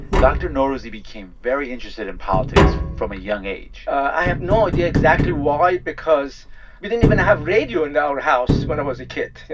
dr. norouzi became very interested in politics from a young age i have no idea exactly why because we didn't even have radio in and our house when i was a kid, yeah